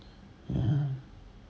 ya